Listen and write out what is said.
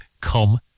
come